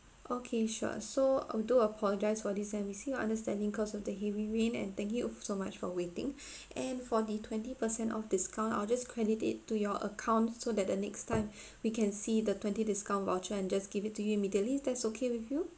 okay sure so we do apologise for this and we seek your understanding cause of the heavy rain and thank you so much for waiting and for the twenty percent off discount I'll just credit it to your account so that the next time we can see the twenty discount voucher and just give it to you immediately that's okay with you